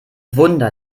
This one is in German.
wunder